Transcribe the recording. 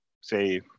say